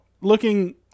looking